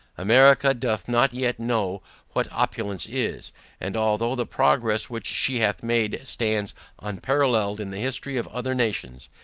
america doth not yet know what opulence is and although the progress which she hath made stands unparalleled in the history of other nations,